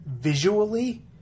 visually